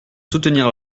soutenir